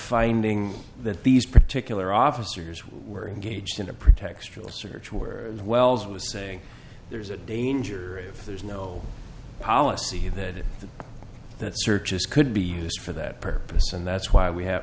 finding that these particular officers were engaged in a pretextual search were the wells was saying there's a danger if there's no policy that the searches could be used for that purpose and that's why we have